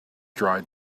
dried